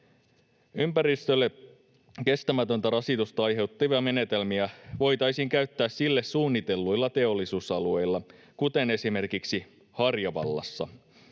Ympäristölle kestämätöntä rasitusta aiheuttavia menetelmiä voitaisiin käyttää niille suunnitelluilla teollisuusalueilla, kuten esimerkiksi Harjavallassa.